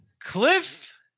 Cliff